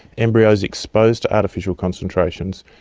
embryos exposed to artificial concentrations,